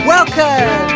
Welcome